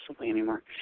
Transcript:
anymore